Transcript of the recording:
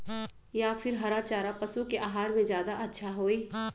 या फिर हरा चारा पशु के आहार में ज्यादा अच्छा होई?